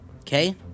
Okay